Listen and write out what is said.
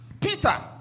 Peter